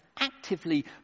actively